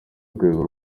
urwego